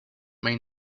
may